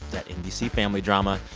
that nbc family drama.